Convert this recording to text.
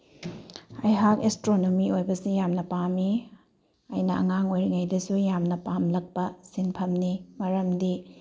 ꯑꯩꯍꯥꯛ ꯑꯦꯁꯇ꯭ꯔꯣꯅꯣꯃꯤ ꯑꯣꯏꯕꯁꯦ ꯌꯥꯝꯅ ꯄꯥꯝꯃꯤ ꯑꯩꯅ ꯑꯉꯥꯡ ꯑꯣꯏꯔꯤꯉꯩꯗꯁꯨ ꯌꯥꯝꯅ ꯄꯥꯝꯂꯛꯄ ꯁꯤꯟꯐꯝꯅꯤ ꯃꯔꯝꯗꯤ